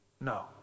no